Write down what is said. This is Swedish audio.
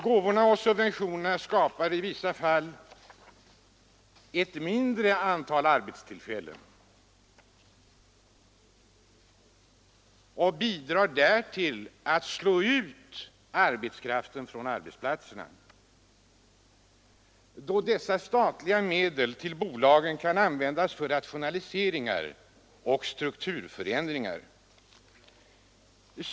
Gåvorna och subventionerna skapar i vissa fall ett mindre antal arbetstillfällen och bidrar även till att slå ut arbetskraften från arbetsplatserna, då dessa statliga medel till bolagen kan användas för rationaliseringar och strukturförändringar.